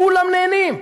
כולם נהנים.